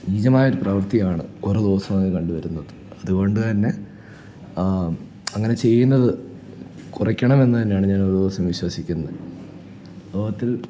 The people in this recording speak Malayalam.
നീചമായൊരു പ്രവർത്തിയാണ് ഓരോദിവസവും അത് കണ്ടുവരുന്നത് അതുകൊണ്ടുതന്നെ അങ്ങനെ ചെയ്യുന്നത് കുറയ്ക്കണമെന്നുതന്നെയാണ് ഞാൻ ഓരോ ദിവസവും വിശ്വസിക്കുന്നത് ലോകത്തിൽ